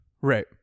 Right